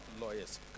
lawyers